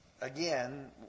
again